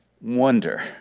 wonder